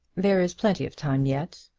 there is plenty of time yet.